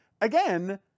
again